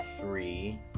three